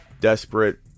desperate